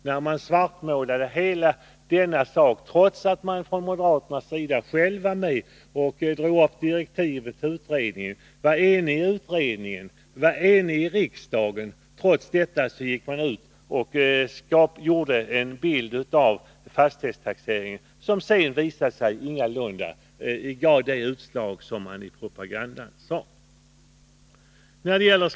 Moderaterna svartmålade hela denna sak trots att de själva var med och drog upp direktiven till utredningen. Det var en enig utredning, och vi var eniga i riksdagen — trots detta gick moderaterna ut och tecknade en bild av fastighetstaxeringen som sedan ingalunda gav det utslag man hade talat om i propagandan.